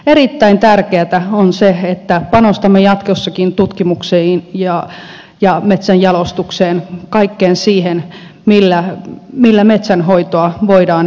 erittäin tärkeätä on se että panostamme jatkossakin tutkimukseen ja metsän jalostukseen kaikkeen siihen millä metsänhoitoa voidaan edesauttaa